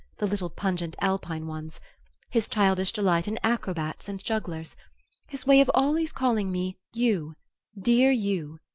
the little pungent alpine ones his childish delight in acrobats and jugglers his way of always calling me you dear you,